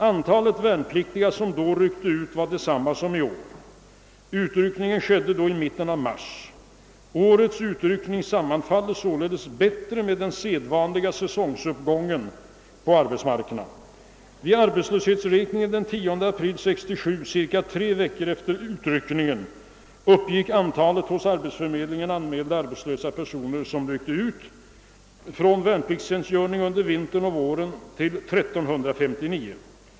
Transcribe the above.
Antalet värnpliktiga som då ryckte ut var detsamma som i år. Utryckningen skedde då i mitten av mars. Årets utryckning sammanfaller således bättre med den sedvanliga säsonguppgången på arbetsmarknaden. Vid arbetslöshetsräkningen den 10 april 1967, cirka tre veckor efter utryckningen, uppgick antalet hos arbetsförmedlingen anmälda arbetslösa personer som ryckte ut från värnpliktstjänstgöring under vintern och våren till 1359.